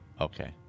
Okay